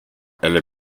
eller